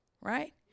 right